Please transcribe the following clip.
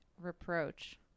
reproach